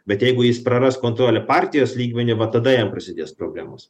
bet jeigu jis praras kontrolę partijos lygmenį va tada jam prasidės problemos